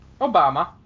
Obama